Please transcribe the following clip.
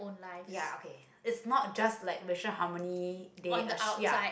ya okay it's not just like Racial-Harmony-Day uh ya